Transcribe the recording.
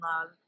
love